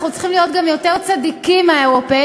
אנחנו צריכים להיות גם יותר צדיקים מהאירופים,